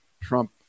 Trump